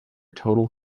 total